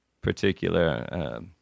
particular